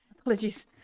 Apologies